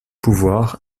pouvoir